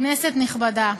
כנסת נכבדה,